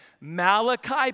Malachi